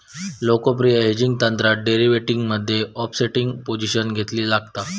लोकप्रिय हेजिंग तंत्रात डेरीवेटीवमध्ये ओफसेटिंग पोझिशन घेउची लागता